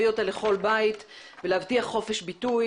אותה לכל בית ולהבטיח חופש ביטוי.